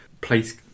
place